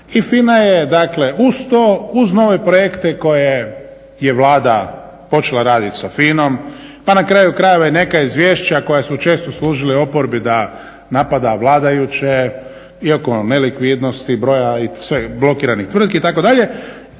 i FINA je dakle uz to, uz nove projekte koje je Vlada počela raditi sa FINA-om pa na kraju krajeva i neka izvješća koja su često služila oporbi da napada vladajuće i oko nelikvidnosti, broja blokiranih tvrtki itd.